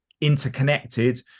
interconnected